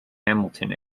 hamilton